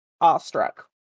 awestruck